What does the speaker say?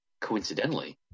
Coincidentally